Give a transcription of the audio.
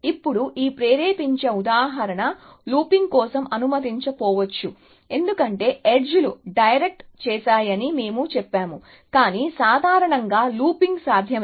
ఇప్పుడు ఈ ప్రేరేపించే ఉదాహరణ లూపింగ్ కోసం అనుమతించకపోవచ్చు ఎందుకంటే ఎడ్జ్ లు డైరెక్ట్ చేశాయని మేము చెప్పాము కాని సాధారణంగా లూపింగ్ సాధ్యమే